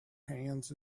hands